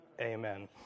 Amen